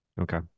Okay